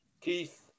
Keith